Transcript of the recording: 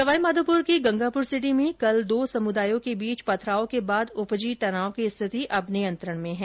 सवाईमाधोपुर के गंगापुरसिटी में कल दो समुदायों के बीच पथराव के बाद उपजी तनाव की स्थिति अब नियंत्रण में है